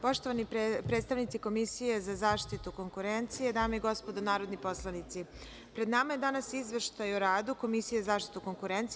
Poštovani predstavnici Komisije za zaštitu konkurencije, dame i gospodo narodni poslanici, pred nama je danas Izveštaj o radu Komisije za zaštitu konkurencije.